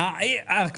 כספים, לא ועדת חוקה.